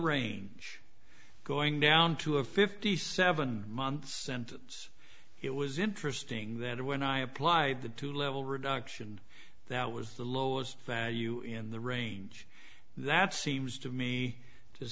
range going down to a fifty seven months and it was interesting that when i apply the two level reduction that was the lowest value in the range that seems to me to